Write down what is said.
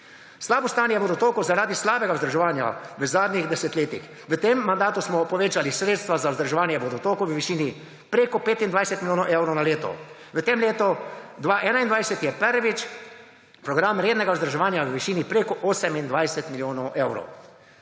Slabo stanje vodotokov zaradi slabega vzdrževanja v zadnjih desetletjih. V tem mandatu smo povečali sredstva za vzdrževanje vodotokov v višini več kot 25 milijonov evrov na leto. V tem letu 2021 je prvič program rednega vzdrževanja v višini več kot 28 milijonov evrov.